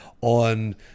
on